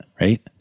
right